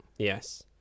yes